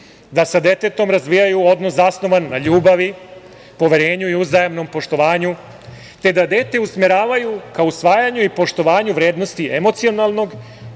da sa detetom razvijaju odnos zasnovan na ljubavi, poverenju i uzajamnom poštovanju, te da dete usmeravaju ka usvajanju i poštovanju vrednosti emocionalnog,